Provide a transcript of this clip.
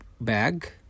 bag